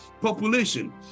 population